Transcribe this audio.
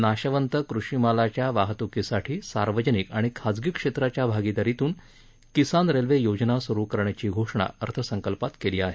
नाशवंत कृषी मालाच्या वाहतुकीसाठी सार्वजनिक आणि खाजगी क्षेत्राच्या भागिदारीतून किसान रेल्वे योजना सुरु करण्याची घोषणा अर्थसंकल्पात करण्यात आली